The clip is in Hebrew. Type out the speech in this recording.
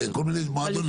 מועדונים.